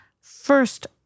first